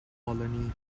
colony